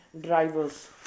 drivers